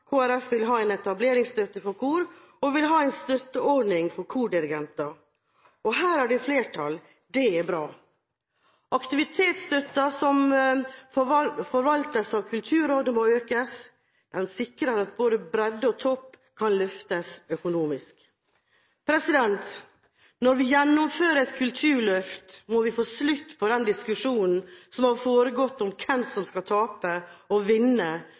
vil ha en etableringsstøtte for kor, og vi vil ha en støtteordning for kordirigenter. Og her er det flertall, det er bra. Aktivitetsstøtten, som forvaltes av Kulturrådet, må økes. Den sikrer at både bredde og topp kan løftes økonomisk. Når vi gjennomfører et kulturløft, må vi få slutt på den diskusjonen som har foregått, om hvem som skal tape, og hvem som skal vinne,